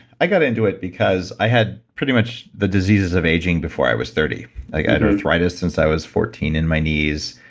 i got into it because i had pretty much the diseases of aging before i was thirty. like, i had arthritis since i was fourteen in my knees,